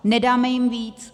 Nedáme jim víc.